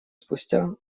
спустя